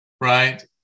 right